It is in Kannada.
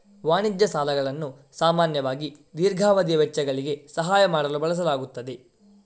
ವಾಣಿಜ್ಯ ಸಾಲಗಳನ್ನು ಸಾಮಾನ್ಯವಾಗಿ ದೀರ್ಘಾವಧಿಯ ವೆಚ್ಚಗಳಿಗೆ ಸಹಾಯ ಮಾಡಲು ಬಳಸಲಾಗುತ್ತದೆ